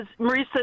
Marisa